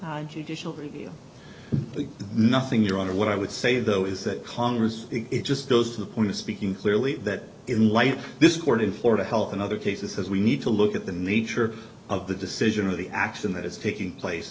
review nothing your honor what i would say though is that congress it just goes to the point of speaking clearly that in light of this court in florida health and other cases as we need to look at the nature of the decision of the action that is taking place